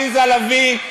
עליזה לביא,